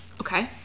Okay